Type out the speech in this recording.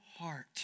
heart